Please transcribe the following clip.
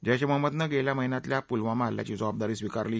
जैश ए महम्मदनं गेल्या महिन्यातल्या पुलवामा हल्ल्याची जबाबदारी स्वीकारली